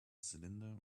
cylinder